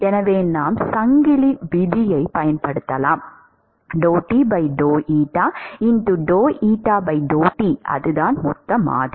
எனவே நாம் சங்கிலி விதியைப் பயன்படுத்தலாம் அதுதான் மொத்த மாறி